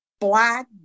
black